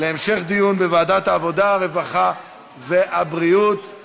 לוועדת העבודה, הרווחה והבריאות נתקבלה.